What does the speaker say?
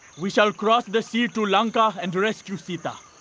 we shall cross the sea to lanka and rescue sita.